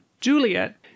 Juliet